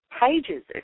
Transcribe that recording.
pages